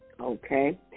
Okay